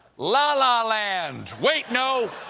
la la land! wait, no,